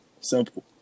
Simple